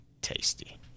tasty